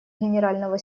генерального